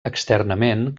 externament